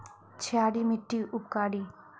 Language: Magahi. क्षारी मिट्टी उपकारी?